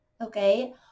okay